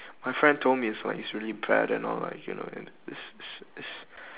my friend told me it's like it's really bad and all like you know and it's it's it's